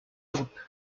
groupe